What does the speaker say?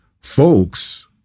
folks